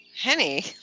Henny